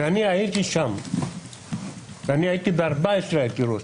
ואני הייתי שם, ואני הייתי ב-14 עתירות.